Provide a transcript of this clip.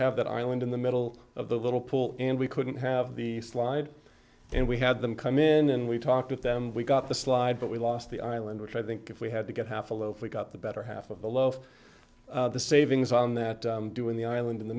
have that island in the middle of the little pool and we couldn't have the slide and we had them come in and we talked with them we got the slide but we lost the island which i think if we had to get half a loaf we got the better half of the loaf the savings on that doing the island in the